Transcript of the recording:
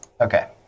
Okay